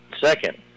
Second